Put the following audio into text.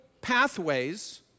pathways